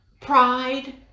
pride